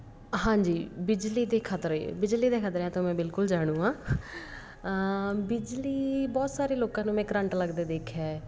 ਹਾਂਜੀ ਬਿਜਲੀ ਦੇ ਖਤਰੇ ਬਿਜਲੀ ਦੇ ਖਤਰਿਆਂ ਤੋਂ ਮੈਂ ਬਿਲਕੁਲ ਜਾਣੂ ਹਾਂ ਬਿਜਲੀ ਬਹੁਤ ਸਾਰੇ ਲੋਕਾਂ ਨੂੰ ਮੈਂ ਕਰੰਟ ਲੱਗਦੇ ਦੇਖਿਆ ਹੈ